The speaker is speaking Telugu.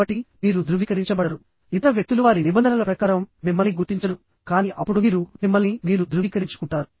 కాబట్టి మీరు ధృవీకరించబడరు ఇతర వ్యక్తులు వారి నిబంధనల ప్రకారం మిమ్మల్ని గుర్తించరు కానీ అప్పుడు మీరు మిమ్మల్ని మీరు ధృవీకరించుకుంటారు